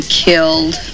killed